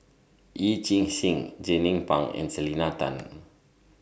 Yee Chia Hsing Jernnine Pang and Selena Tan